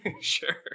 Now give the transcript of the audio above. sure